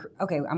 Okay